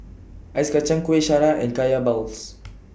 Ice Kacang Kueh Syara and Kaya Balls